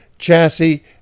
Chassis